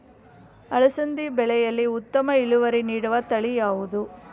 ಅಲಸಂದಿ ಬೆಳೆಯಲ್ಲಿ ಉತ್ತಮ ಇಳುವರಿ ನೀಡುವ ತಳಿ ಯಾವುದು?